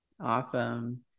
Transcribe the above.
Awesome